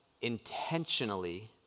intentionally